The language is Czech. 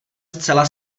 zcela